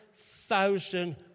Thousand